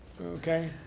Okay